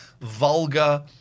vulgar